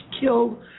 killed